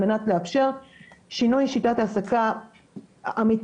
על מנת לאפשר שינוי שיטת העסקה אמיתי,